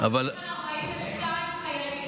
42 חיילים.